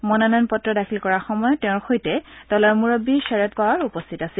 মনোনয়ন পত্ৰ দাখিল কৰাৰ সময়ত তেওঁৰ সৈতে দলৰ মুৰববী শৰদ পাৱাৰ উপস্থিত আছিল